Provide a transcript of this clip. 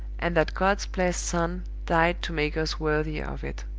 and that god's blessed son died to make us worthier of it.